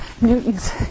Newtons